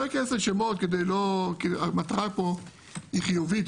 לא אכנס לשמות כי המטרה פה היא חיובית,